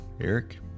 Eric